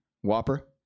Whopper